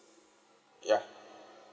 ya